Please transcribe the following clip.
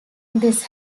this